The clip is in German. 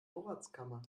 vorratskammer